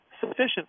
sufficient